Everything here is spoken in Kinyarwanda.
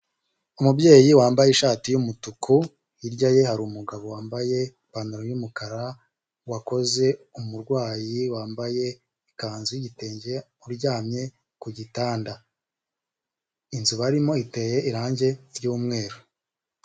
Umubyeyi wambaye ishati y'umutuku hirya ye hari umugabo wambaye ipantaro y'umukara, wakoze umurwayi wambaye ikanzu y'igitenge aryamye ku gitanda inzu arimo iteye irangi ry'umweru.